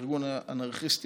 הארגון האנרכיסטי